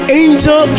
angel